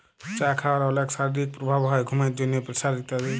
চা খাওয়ার অলেক শারীরিক প্রভাব হ্যয় ঘুমের জন্হে, প্রেসার ইত্যাদি